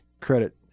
credit